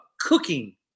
cooking